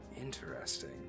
Interesting